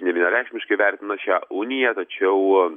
nevienareikšmiškai vertina šią uniją tačiau